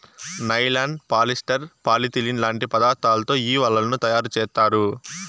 nylon, polyester, polythene లాంటి పదార్థాలతో ఈ వలలను తయారుచేత్తారు